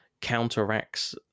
counteracts